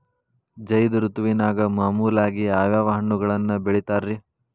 ಝೈದ್ ಋತುವಿನಾಗ ಮಾಮೂಲಾಗಿ ಯಾವ್ಯಾವ ಹಣ್ಣುಗಳನ್ನ ಬೆಳಿತಾರ ರೇ?